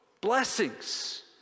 blessings